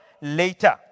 later